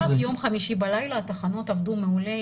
ביום חמישי בלילה התחנות עבדו מעולה,